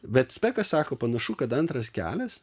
bet spekas sako panašu kad antras kelias